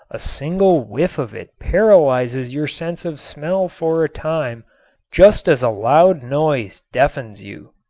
a single whiff of it paralyzes your sense of smell for a time just as a loud noise deafens you.